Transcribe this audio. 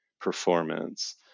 performance